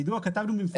היידוע, כתבנו במפורש.